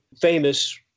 famous